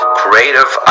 creative